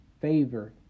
favor